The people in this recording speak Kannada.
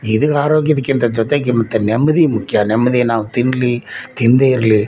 ಇದು ಆರೋಗ್ಯಕ್ಕಿಂತ ಜೊತೆಗೆ ಮತ್ತು ನೆಮ್ಮದಿ ಮುಖ್ಯ ನೆಮ್ಮದಿ ನಾವು ತಿನ್ನಲಿ ತಿನ್ನದೇ ಇರಲಿ